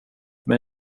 men